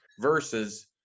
versus